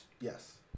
Yes